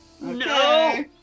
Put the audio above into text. No